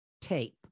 tape